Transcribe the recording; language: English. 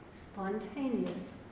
spontaneous